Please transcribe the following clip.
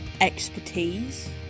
expertise